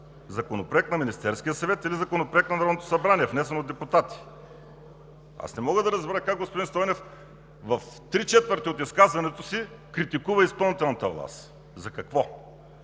Законопроект на Министерския съвет или Законопроект на Народното събрание, внесен от депутати? Не мога да разбера как господин Стойнев в три четвърти от изказването си критикува изпълнителната власт. За какво?